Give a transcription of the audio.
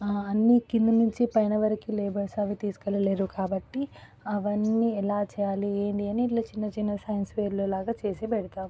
అన్ని కింద నుంచి పైన వరకు లేబర్స్ అవి తీసుకెళ్ళలేరు కాబట్టి అవన్నీ ఎలా చేయాలి ఏంది అని చిన్న చిన్న సైన్స్ ఫెయిర్లు లాగా చేసి పెడతాం